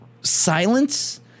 silence